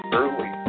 early